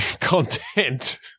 content